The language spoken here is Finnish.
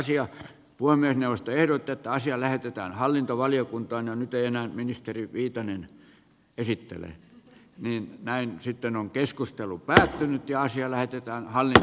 puhemiesneuvosto ehdottaa että asia lähetetään hallintovaliokuntaan äänitteenä ministeri viitanen esitellään niin näin sitten on keskustellut päihtynyt ja asia lähetetään halliin